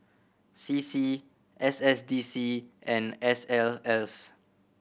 C C S S D C and S L S